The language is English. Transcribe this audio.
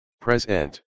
Present